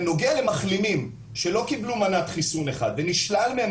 בנוגע למחלימים שלא קיבלו מנת חיסון אחד ונשלל מהם